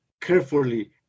carefully